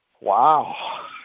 Wow